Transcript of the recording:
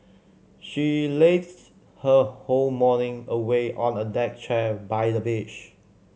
she lazed her whole morning away on a deck chair by the beach